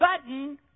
button